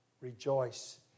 rejoice